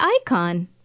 icon